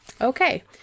Okay